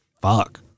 fuck